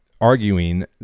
arguing